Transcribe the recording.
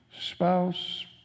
spouse